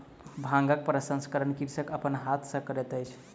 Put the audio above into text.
भांगक प्रसंस्करण कृषक अपन हाथ सॅ करैत अछि